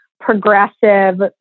progressive